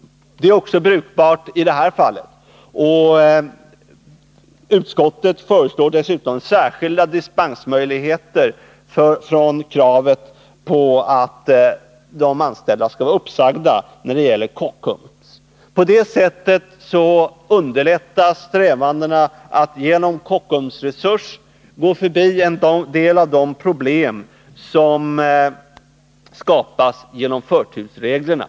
Det är också brukbart i det här fallet. Utskottet föreslår dessutom särskilda dispensmöjligheter när det gäller Kockums från kravet på att de anställda skall vara uppsagda. På det sättet underlättas strävandena att genom Kockums Resurs gå förbi en del av de problem som skapas genom förtursreglerna.